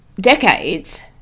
decades